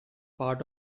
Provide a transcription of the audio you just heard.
part